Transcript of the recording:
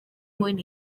mwyn